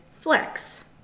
Flex